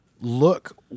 look